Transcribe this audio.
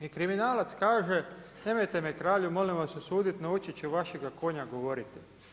I kriminalac kaže nemojte me kralju molim vas osuditi naučiti ću vašega konja govoriti.